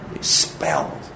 spell